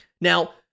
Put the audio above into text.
Now